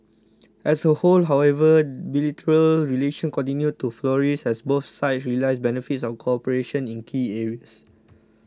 as a whole however bilateral relations continued to flourish as both sides realise benefits of cooperation in key areas